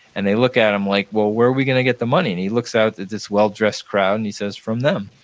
and they look at him like, well, where are we going to get the money? and he looks out at this well-dressed crowd and he says, from them.